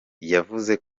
yavuze